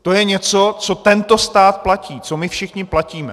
To je něco, co tento stát platí, co my všichni platíme.